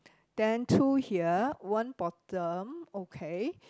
then two here one bottom okay